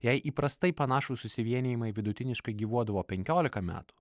jei įprastai panašūs susivienijimai vidutiniškai gyvuodavo penkiolika metų